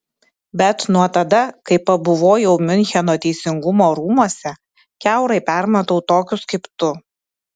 bet nuo tada kai pabuvojau miuncheno teisingumo rūmuose kiaurai permatau tokius kaip tu